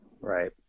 right